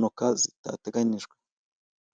n'icyatsi kibisi.